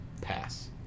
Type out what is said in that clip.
Pass